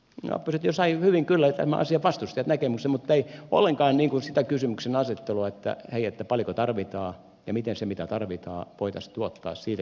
no oppositio sai hyvin kyllä tämän asian vastustajat näkemyksen mutta ei ollenkaan sitä kysymyksenasettelua että hei paljonko tarvitaan ja miten se mitä tarvitaan voitaisiin tuottaa siitä käytävää keskustelua